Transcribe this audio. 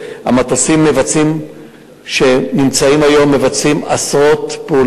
נגד מדינת ישראל ואזרחיה.